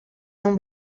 non